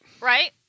right